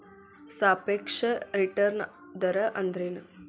ಸಾಪೇಕ್ಷ ರಿಟರ್ನ್ ದರ ಅಂದ್ರೆನ್